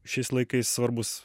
šiais laikais svarbus